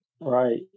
Right